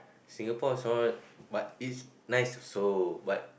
Singapore is hot but it's nice also but